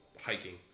hiking